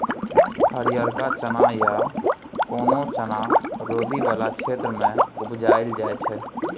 हरियरका चना या कोनो चना रौदी बला क्षेत्र मे उपजाएल जाइ छै